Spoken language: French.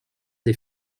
des